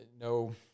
no